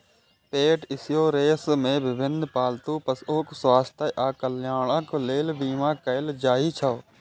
पेट इंश्योरेंस मे विभिन्न पालतू पशुक स्वास्थ्य आ कल्याणक लेल बीमा कैल जाइ छै